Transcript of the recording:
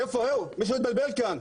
מישהו התבלבל כאן,